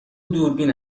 دوربین